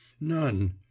none